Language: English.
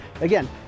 Again